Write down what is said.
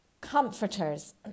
Comforters